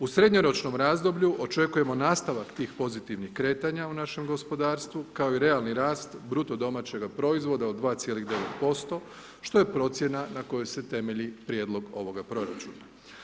U srednjoročnom razdoblju očekujemo nastavak tih pozitivnih kretanja u našem gospodarstvu, kao i realni rast BDP-a od 2,9%, što je procjena na kojoj se temelji prijedlog ovoga proračuna.